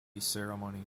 ceremony